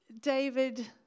David